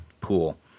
pool